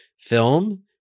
film